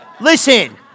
Listen